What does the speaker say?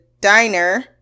diner